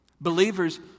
Believers